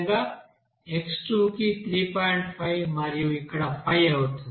5 మరియు ఇక్కడ 5 అవుతుంది